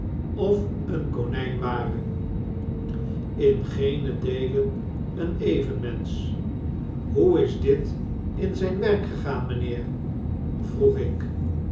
of een konjjn ware in geenen deele een evenmensch hod ditin zjjn werk gegaan mijnheer vroeg ik